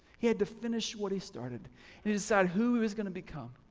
he had to finish what he started and decide who he was gonna become.